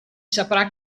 saprà